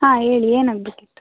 ಹಾಂ ಹೇಳಿ ಏನಾಗಬೇಕಿತ್ತು